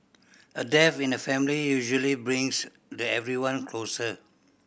a death in the family usually brings the everyone closer